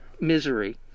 misery